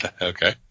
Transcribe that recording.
Okay